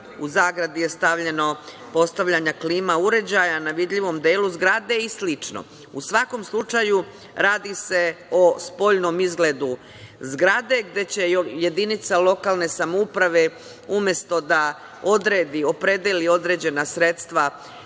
izgleda (postavljanje klima uređaja na vidljivom delu zgrade i slično).U svakom slučaju, radi se o spoljnom izgledu zgrade, gde će jedinica lokalne samouprave umesto da odredi, opredeli određena sredstva